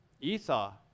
Esau